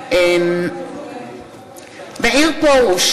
נגד מאיר פרוש,